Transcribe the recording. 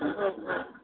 औ औ